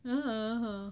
(uh huh) (uh huh)